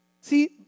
See